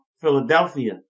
Philadelphia